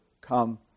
come